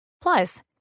Plus